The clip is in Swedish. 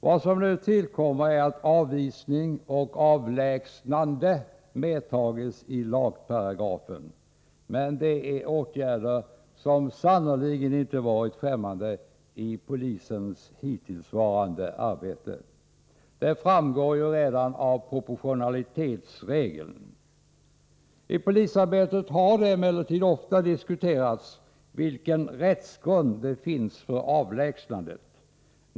Vad som nu tillkommer är att avvisning och avlägsnande medtagits i lagparagrafen, men det är åtgärder som sannerligen inte varit främmande i polisens hittillsvarande arbete. Det framgår redan av proportionalitetsregeln. I polisarbetet har det emellertid ofta diskuterats vilken rättsgrund som finns för avlägsnandet.